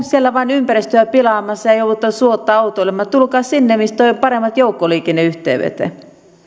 siellä vain ympäristöä pilaamassa ja joudutte suotta autoilemaan tulkaa sinne missä teillä on paremmat joukkoliikenneyhteydet